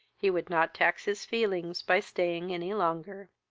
he would not tax his feelings by staying any longer.